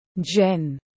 Jen